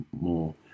more